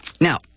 Now